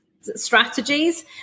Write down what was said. strategies